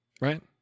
right